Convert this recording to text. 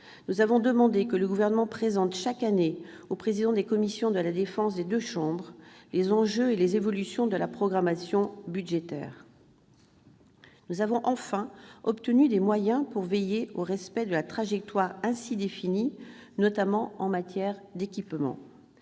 Nous avons demandé que le Gouvernement présente, chaque année, aux présidents des commissions chargées de la défense des deux chambres les enjeux et les évolutions de la programmation budgétaire. Enfin, nous avons obtenu des moyens pour veiller au respect de la trajectoire ainsi définie, notamment en matière d'équipements.